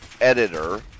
editor